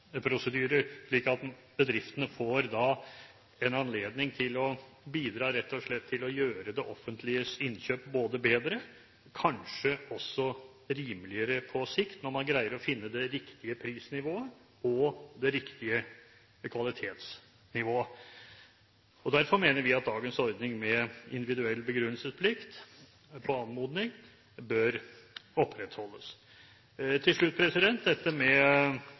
slik at bedriftene får en anledning til å bidra rett og slett til å gjøre det offentliges innkjøp bedre, kanskje også rimeligere på sikt, når man greier å finne det riktige prisnivået og det riktige kvalitetsnivået. Derfor mener vi at dagens ordning med individuell begrunnelsesplikt på anmodning bør opprettholdes. Til slutt dette med